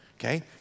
Okay